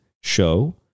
show